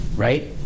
Right